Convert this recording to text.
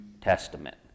testament